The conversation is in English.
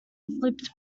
flipped